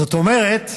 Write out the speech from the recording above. זאת אומרת,